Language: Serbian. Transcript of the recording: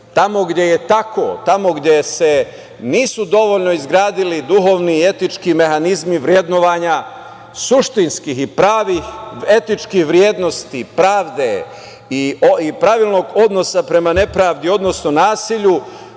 Tamo gde je tako, tamo gde se nisu dovoljno izgradili duhovni i etički mehanizmi vrednovanja, suštinskih i pravih etičkih vrednosti, pravde i pravilnog odnosa prema nepravdi, odnosno nasilju,